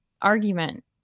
argument